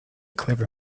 clever